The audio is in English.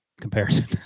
comparison